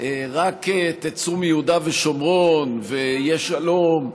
רק תצאו מיהודה ושומרון ויהיה שלום,